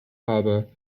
harbor